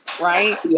right